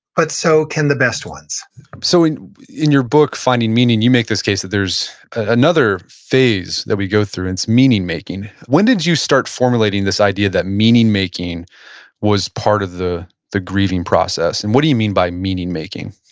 but so can the best ones so in in your book, finding meaning you make this case that there's another phase that we go through, and it's meaning making. when did you start formulating this idea, that meaning making was part of the the grieving process? and what do you mean by meaning making?